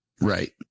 Right